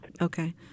okay